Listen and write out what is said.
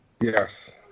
Yes